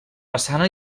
façana